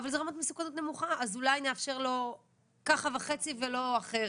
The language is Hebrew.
אבל זאת רמת מסוכנות נמוכה אז אולי נאפשר לו ככה וחצי ולא אחרת'.